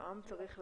העם צריך לדעת.